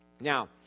Now